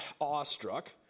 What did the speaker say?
awestruck